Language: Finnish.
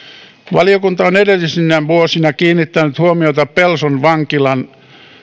valiokunta on edellisinä vuosina kiinnittänyt huomiota pelson vankilan